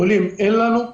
אין לנו חולים.